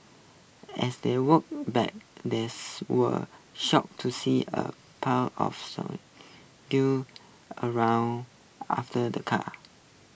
as they walked back these were shocked to see A pack of some due around after the car